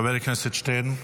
חבר הכנסת שטרן,